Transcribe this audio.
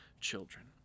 children